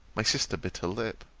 my sister bit her lip.